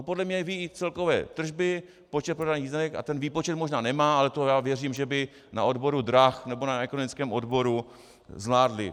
Podle mě ví celkové tržby, počet prodaných jízdenek a ten výpočet možná nemá, ale to já věřím, že by na odboru drah nebo na ekonomickém odboru zvládli.